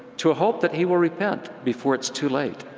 to a hope that he will repent before it's too late.